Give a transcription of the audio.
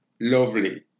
lovely